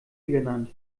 genannt